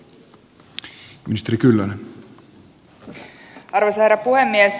arvoisa herra puhemies